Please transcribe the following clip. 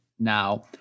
Now